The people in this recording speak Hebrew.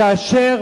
שכאשר